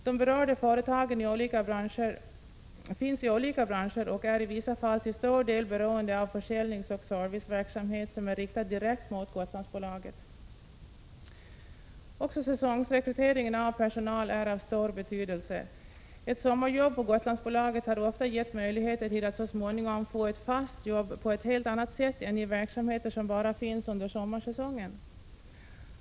De berörda företagen finns i olika branscher och är i vissa fall till stor del beroende av försäljningsoch serviceverksamhet som är riktad direkt mot Gotlandsbolaget. Också säsongsrekryteringen av personal är av stor betydelse. Ett sommarjobb på Gotlandsbolaget har ofta gett möjligheter till att så småningom få ett fast jobb på ett helt annat sätt än vad som är fallet i verksamheter som bara finns under sommarsäsongen.